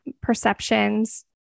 perceptions